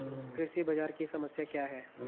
कृषि बाजार की समस्या क्या है?